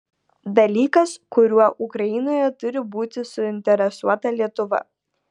dalykas kuriuo ukrainoje turi būti suinteresuota lietuva